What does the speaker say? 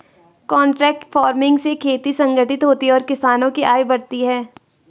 contract farming से खेती संगठित होती है और किसानों की आय बढ़ती है